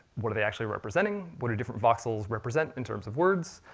what are they actually representing? what do different voxels represent in terms of words?